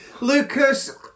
Lucas